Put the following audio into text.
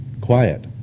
quiet